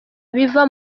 biva